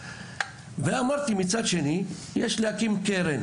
אמרתי שמצד שני יש להקים קרן